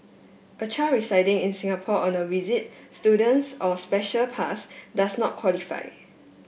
a child residing in Singapore on a visit student's or special pass does not qualify